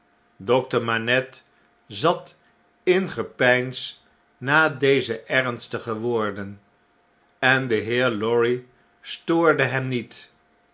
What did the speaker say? dokter manette zat in gepeins na deze ernstige woorden en de heer lorry stoorde hem niet